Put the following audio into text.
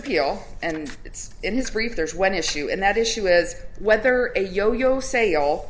appeal and it's in his brief there's one issue and that issue was whether a yo yo sa